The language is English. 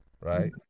right